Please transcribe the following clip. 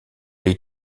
les